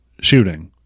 shooting